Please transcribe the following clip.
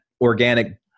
organic